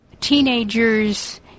teenagers